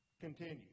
Continue